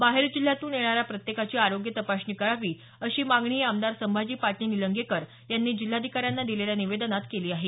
बाहेर जिल्ह्यातून येणाऱ्या प्रत्येकाची आरोग्य तपासणी करावी अशी मागणीही आमदार संभाजी पाटील निलंगेकर यांनी जिल्हाधिकाऱ्यांना दिलेल्या निवेदनात केली आहे